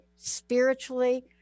spiritually